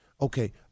Okay